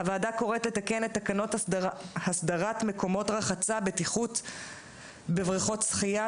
הוועדה קוראת לתקן את תקנות הסדרת מקומות רחצה (בטיחות בבריכות שחייה),